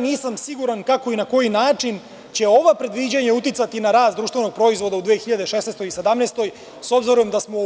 Nisam siguran na koji način i kako će ova predviđanja uticati na rast društvenog proizvoda u 2016. i 2017. godini, s obzirom da smo